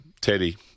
Teddy